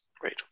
Great